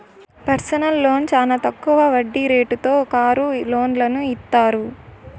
personal loan చానా తక్కువ వడ్డీ రేటుతో కారు లోన్లను ఇత్తారు